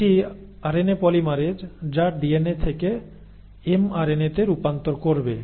এটি RNA polymerase যা DNA থেকে এমআরএনএতে রূপান্তর করবে